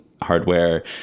hardware